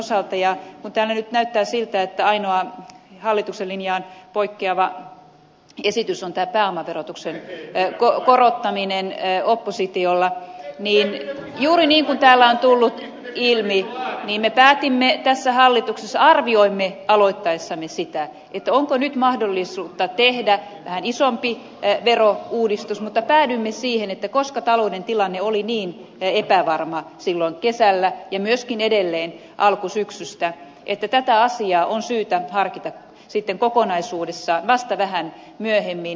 kun täällä nyt näyttää siltä että ainoa hallituksen linjasta poikkeava esitys oppositiolla on pääomaverotuksen korottaminen niin juuri niin kuin täällä on tullut ilmi me tässä hallituksessa arvioimme aloittaessamme sitä onko nyt mahdollisuutta tehdä vähän isompi verouudistus mutta päädyimme siihen että koska talouden tilanne oli niin epävarma silloin kesällä ja myöskin edelleen alkusyksystä niin tätä asiaa on syytä harkita kokonaisuudessaan vasta vähän myöhemmin